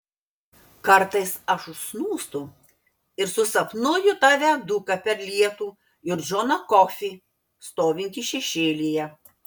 kartais aš užsnūstu ir susapnuoju tą viaduką per lietų ir džoną kofį stovintį šešėlyje